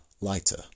lighter